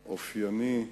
אופייני,